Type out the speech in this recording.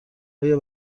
آیا